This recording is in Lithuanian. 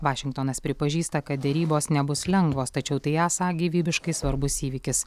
vašingtonas pripažįsta kad derybos nebus lengvos tačiau tai esą gyvybiškai svarbus įvykis